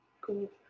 Cool